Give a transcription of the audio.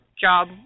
job